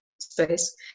space